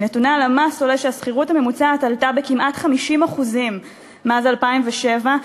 מנתוני הלמ"ס עולה שהשכירות הממוצעת עלתה בכמעט 50% מאז 2007,